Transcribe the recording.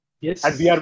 Yes